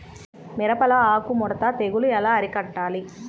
మిరపలో ఆకు ముడత తెగులు ఎలా అరికట్టాలి?